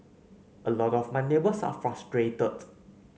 a lot of my neighbours are frustrated